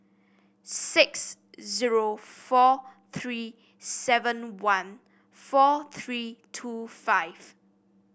six zero four three seven one four three two five